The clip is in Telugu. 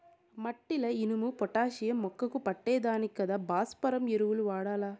మట్టిల ఇనుము, పొటాషియం మొక్కకు పట్టే దానికి కదా భాస్వరం ఎరువులు వాడాలి